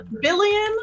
Billion